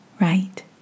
right